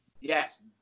yes